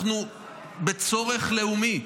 אנחנו בצורך לאומי.